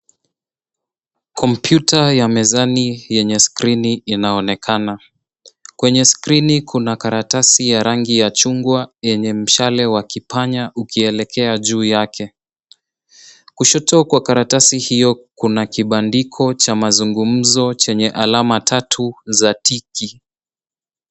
Kompyuta ya mezani yenye skrini inaonekana, kwenye skrini kuna karatasi ya rangi ya chungwa yenye mshale wa kipanya ukielekea juu yake. Kushoto kwa karatasi hiyo kuna kibandiko cha mazungumzo chenye alama tatu za tiki.